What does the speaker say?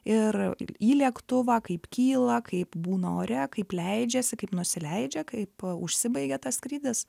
ir į lėktuvą kaip kyla kaip būna ore kaip leidžiasi kaip nusileidžia kaip užsibaigia tas skrydis